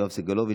יואב סגלוביץ',